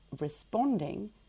responding